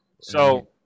So-